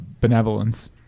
benevolence